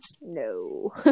No